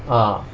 ah